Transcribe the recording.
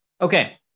Okay